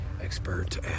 Expert